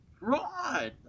Right